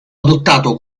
adottato